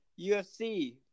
ufc